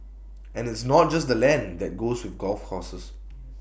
and it's not just the land that goes with golf courses